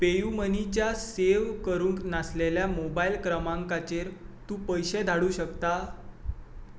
पेयुमनीच्या save करूंक नासलेल्या mobile क्रमांकांचेर तूं पयशे धाडूंक शकता